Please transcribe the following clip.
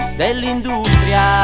dell'industria